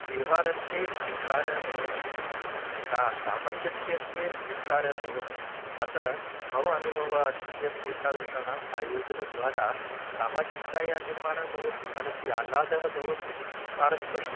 व्यवहारस्य विस्तारः भवति सा सामञ्जस्यस्य विस्तारः भवति अतः मम अनुभवः अस्ति यत् एतादृशानाम् आयोजनद्वारा सामाजिकतायाः निर्माणं भवति मनसि आह्लादः भवति पारस्परिक